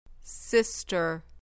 sister